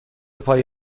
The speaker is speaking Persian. پای